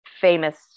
famous